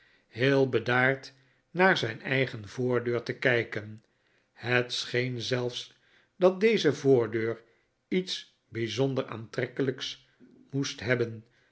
heel bedaard naar zijn eigen voordeur te kijken het scheen zelfs dat deze voordeur iets bijzonder aantrekkelijks moest hebben